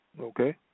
Okay